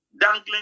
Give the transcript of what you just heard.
dangling